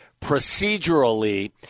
procedurally